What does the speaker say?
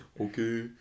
Okay